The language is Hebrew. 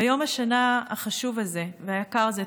ביום השנה החשוב הזה והיקר הזה,